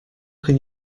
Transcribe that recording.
can